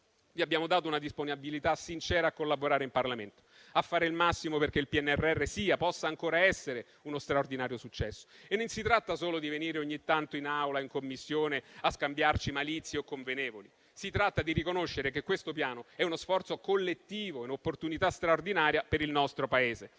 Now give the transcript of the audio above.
vi abbiamo dato una disponibilità sincera a collaborare in Parlamento e a fare il massimo perché il PNRR sia e possa ancora essere uno straordinario successo. Non si tratta solo di venire ogni tanto in Aula o in Commissione a scambiarci malizie o convenevoli; si tratta di riconoscere che questo Piano è uno sforzo collettivo e un'opportunità straordinaria per il nostro Paese.